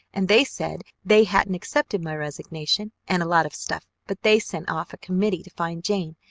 and they said they hadn't accepted my resignation and a lot of stuff, but they sent off a committee to find jane,